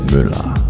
Müller